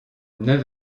neuf